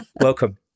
Welcome